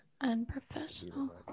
unprofessional